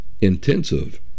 intensive